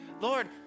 Lord